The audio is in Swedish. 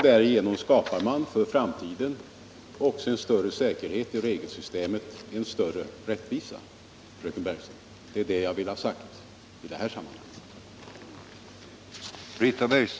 Därigenom skapar man också för framtiden en större säkerhet i regelsystemet, en större rättvisa. Det var detta jag ville ha sagt i det här sammanhanget.